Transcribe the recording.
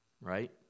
Right